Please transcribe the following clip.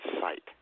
sight